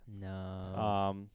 No